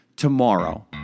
Tomorrow